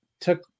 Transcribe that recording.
Took